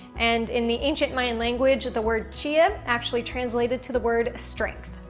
and in the ancient mayan language the word chia actually translated to the word strength.